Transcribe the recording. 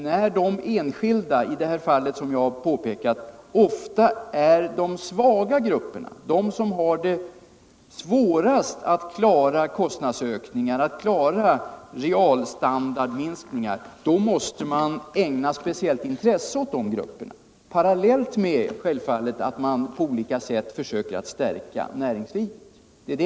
När dessa enskilda, som jag påpekade, ofta är de svaga grupperna, de som har det svårast att klara kostnadsökningar och en realstandardminskning, måste man ägna speciellt intresse åt dessa grupper, parallellt med att man på olika sätt försöker stärka näringslivet.